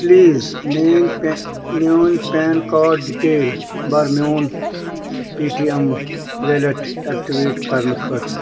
please میٲنۍ PAN میون PAN card detail بَر میون Paytm wallet activate کرنہٕ خٲطرٕ